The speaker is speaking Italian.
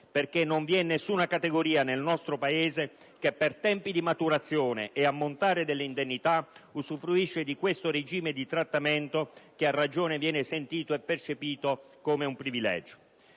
perché non vi è nessuna categoria nel nostro Paese che per tempi di maturazione e ammontare delle indennità usufruisce di questo regime di trattamento che, a ragione, viene sentito e percepito come un privilegio.